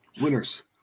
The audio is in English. winners